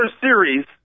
series